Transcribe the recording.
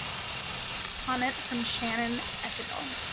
comment from shannon ekedal.